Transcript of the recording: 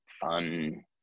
fun